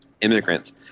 immigrants